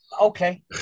Okay